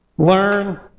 Learn